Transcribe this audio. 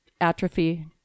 atrophy